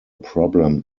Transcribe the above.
problem